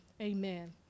Amen